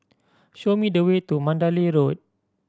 show me the way to Mandalay Road